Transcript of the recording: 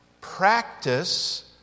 practice